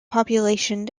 population